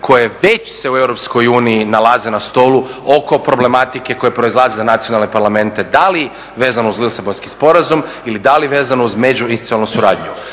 koje već se u EU nalaze na stolu oko problematike koja proizlaze za nacionalne parlamente, da li vezano uz Lisabonski sporazum ili da li vezano uz međuinstitucionalnu suradnju.